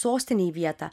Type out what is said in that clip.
sostinėj vietą